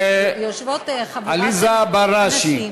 יושבת שם חבורה של נשים,